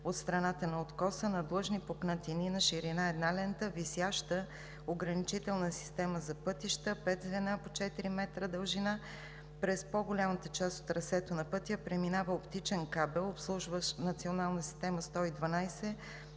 от страната на откоса, надлъжни пукнатини на ширина една лента, висяща ограничителна система за пътища – 5 звена по 4 м дължина. През по голямата част от трасето на пътя преминава оптичен кабел, обслужващ „Национална система 112“